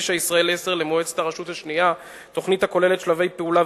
הגישה "ישראל 10" למועצת הרשות השנייה תוכנית הכוללת שלבי פעולה